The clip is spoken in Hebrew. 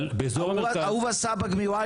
אבל באזור המרכז --- אהובה סבג מ-